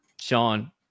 sean